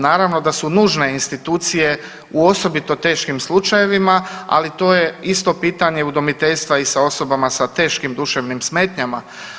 Naravno da su nužne institucije u osobito teškim slučajevima, ali to je isto pitanje udomiteljstva i sa osobama sa teškim duševnim smetnjama.